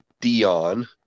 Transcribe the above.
Dion